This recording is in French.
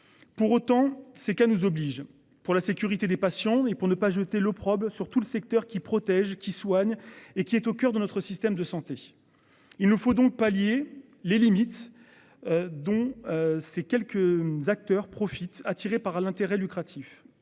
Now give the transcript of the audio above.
Pour autant ces cas nous oblige, pour la sécurité des patients et pour ne pas jeter l'opprobe sur tout le secteur qui protège qui soigne et qui est au coeur de notre système de santé. Il nous faut donc pallier les limites. Dont. Ces quelques acteurs profitent attirés par l'intérêt lucratif.